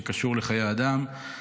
שקשור לחיי אדם,